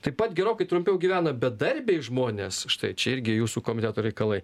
taip pat gerokai trumpiau gyvena bedarbiai žmonės štai čia irgi jūsų komiteto reikalai